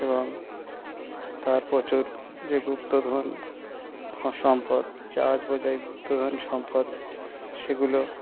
এবং তার প্রচুর যে গুপ্তধন সম্পদ জাহাজ বোঝায় গুপ্তধন সম্পদ সেগুলো